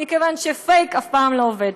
מכיוון שפייק אף פעם לא עובד.